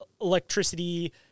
electricity